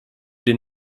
den